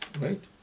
Right